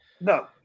no